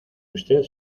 usted